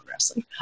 wrestling